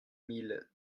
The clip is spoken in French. mille